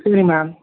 சரி மேம்